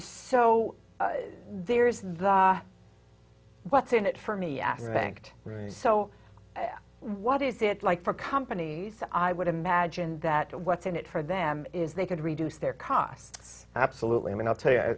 so there's the what's in it for me at ranked right so what is it like for companies i would imagine that what's in it for them is they could reduce their costs absolutely i mean i'll tell y